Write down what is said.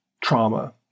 trauma